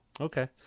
Okay